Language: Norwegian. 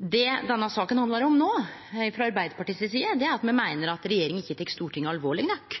Det denne saka handlar om no, frå Arbeidarpartiet si side, er at me meiner regjeringa ikkje tek Stortinget alvorleg nok.